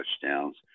touchdowns